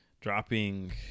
dropping